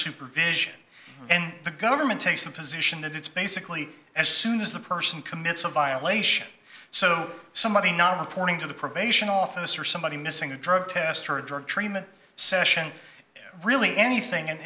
supervision and the government takes the position that it's basically as soon as the person commits a violation so somebody's not reporting to the probation officer somebody missing a drug test or a drug treatment session really anything